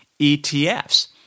ETFs